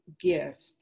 gift